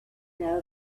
know